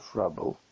rubble